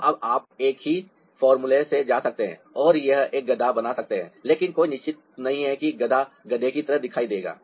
अब आप एक ही फॉर्मूले से जा सकते हैं और यहां एक गधा बना सकते हैं लेकिन कोई निश्चित नहीं है कि गधा गधे की तरह दिखाई देगा